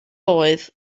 oedd